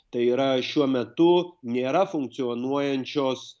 tai yra šiuo metu nėra funkcionuojančios